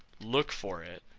look for it.